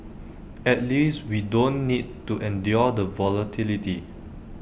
at least we don't need to endure the volatility